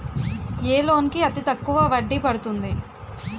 ఏ loan కి అతి తక్కువ వడ్డీ పడుతుంది?